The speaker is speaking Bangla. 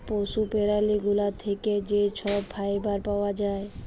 পশু প্যারালি গুলা থ্যাকে যে ছব ফাইবার পাউয়া যায়